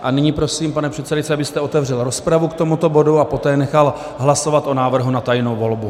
A nyní prosím, pane předsedající, abyste otevřel rozpravu k tomuto bodu a poté nechal hlasovat o návrhu na tajnou volbu.